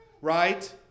right